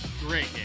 Great